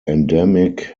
endemic